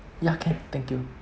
ya can thank you